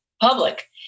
public